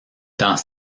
dans